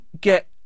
get